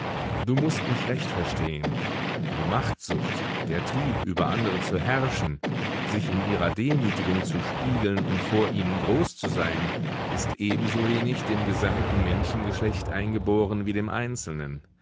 du mußt mich recht verstehen die machtsucht der trieb über andere zu herrschen sich in ihrer demütigung zu spiegeln und vor ihnen groß zu sein ist ebensowenig dem gesamten menschengeschlecht eingeboren wie dem einzelnen